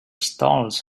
stalls